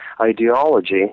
ideology